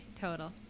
total